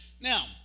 Now